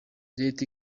leta